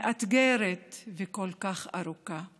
מאתגרת וכל כך ארוכה.